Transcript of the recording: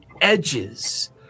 edges